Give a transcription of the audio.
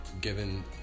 given